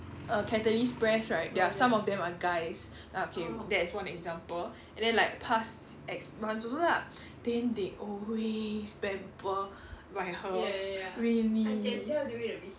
err catalyst press right there are some of them are guys ah okay that is one example and then like past ex months also lah then they always pampered by her really